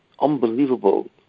unbelievable